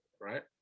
Right